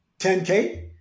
10K